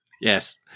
yes